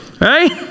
Right